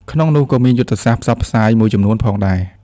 ក្នុងនោះក៏មានយុទ្ធសាស្ត្រផ្សព្វផ្សាយមួយចំនួនដែរ។